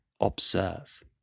Observe